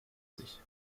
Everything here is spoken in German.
sich